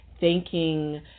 thanking